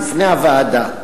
בפני הוועדה.